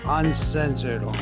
uncensored